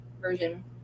Version